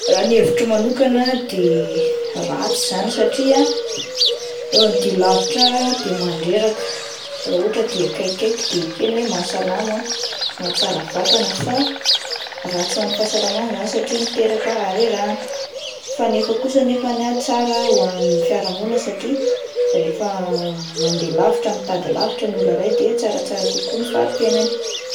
Raha ny hevitro manokana de ratsy izany satria ah ny dia alavitra de mandreraka, raha ohatra hoe dia akaikikay de ekena hoe mahasalama ah mahatsara vatana fa ratsy ho an'ny fahasalamana izany satria miteraka harerahana fa nefa kosa nefany ah tsara ho an'ny fiarahamonina satria rehefa mandeha lavitra mitady lavitra ny olona iray de tsaratsara kokoa ny farim-piainany.